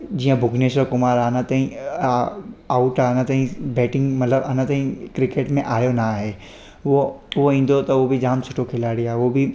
जीअं भुवनेश्वर कुमार आहे अञा ताईं आउट अञा ताईं बैटिंग मतिलबु अञा ताईं क्रिकेट में आयो न आहे उहो उहो ईंदो त उहो बि जाम सुठो खिलाड़ी आहे उहो बि